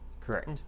Correct